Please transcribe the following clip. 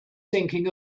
thinking